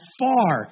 far